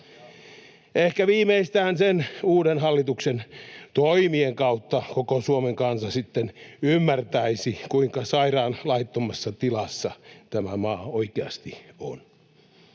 Ehkä viimeistään sen uuden hallituksen toimien kautta koko Suomen kansa sitten ymmärtäisi, kuinka sairaan laittomassa tilassa tämä maa oikeasti on.